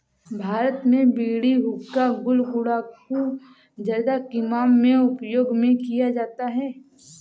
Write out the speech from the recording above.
भारत में बीड़ी हुक्का गुल गुड़ाकु जर्दा किमाम में उपयोग में किया जाता है